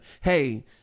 hey